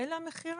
אלה המחירים.